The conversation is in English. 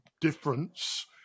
difference